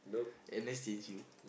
N_S change you